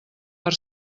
per